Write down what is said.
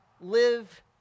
live